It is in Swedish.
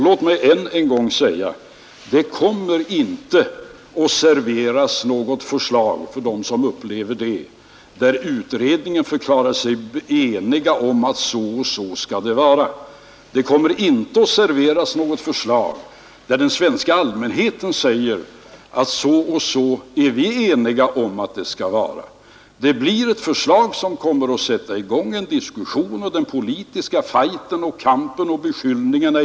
Låt mig än en gång säga, att det inte kommer att serveras något förslag, om vars uppläggning vare sig utredningen eller den svenska allmänheten kommer att förklara sig eniga om. Det blir ett förslag som kommer att sätta i gång en diskussion liksom återigen den politiska fighten och beskyllningarna.